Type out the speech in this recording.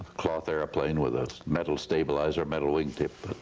cloth airplane with a metal stabilizer, a metal wingtip,